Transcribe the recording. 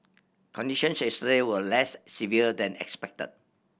condition yesterday were less severe than expected